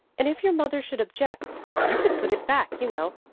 and if your mother should object you could put it back, you know.